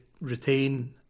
retain